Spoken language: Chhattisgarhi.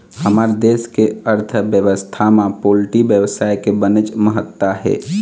हमर देश के अर्थबेवस्था म पोल्टी बेवसाय के बनेच महत्ता हे